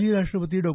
माजी राष्ट्रपती डॉ